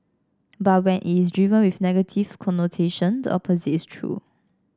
but when it is driven with a negative connotation the opposite is true